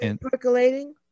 Percolating